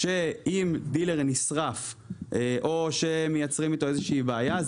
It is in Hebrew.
דילר נשרף או נוצרת איתו איזושהי בעיה.